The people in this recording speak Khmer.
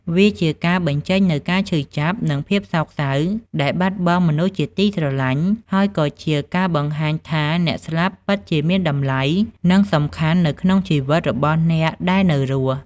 វាជាការបញ្ចេញនូវការឈឺចាប់ និងភាពសោកសៅដែលបាត់បង់មនុស្សជាទីស្រឡាញ់ ហើយក៏ជាការបង្ហាញថាអ្នកស្លាប់ពិតជាមានតម្លៃ និងសំខាន់នៅក្នុងជីវិតរបស់អ្នកដែលនៅរស់។